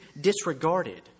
disregarded